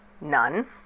none